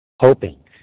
hoping